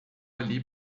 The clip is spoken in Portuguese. ali